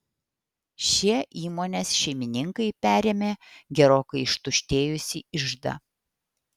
šie įmonės šeimininkai perėmė gerokai ištuštėjusį iždą